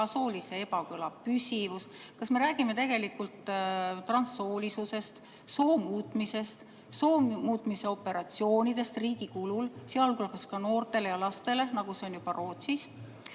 soolise ebakõla püsivus. Kas me räägime tegelikult transsoolisusest, soo muutmisest, soo muutmise operatsioonidest riigi kulul, sealhulgas noortele ja lastele, nagu see on juba Rootsis?